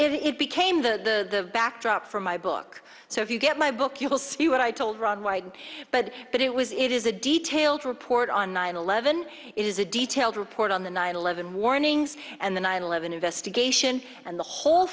is it became the backdrop for my book so if you get my book you will see what i told ron wyden but but it was it is a detailed report on nine eleven it is a detailed report on the nine eleven warnings and the nine eleven investigation and the whole